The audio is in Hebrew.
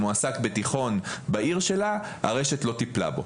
שמועסק בתיכון בעיר שלה, הרשת לא טיפלה בו.